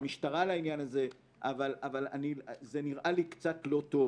המשטרה לעניין הזה אבל זה נראה לי קצת לא טוב